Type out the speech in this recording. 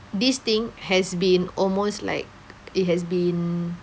this thing has been almost like it has been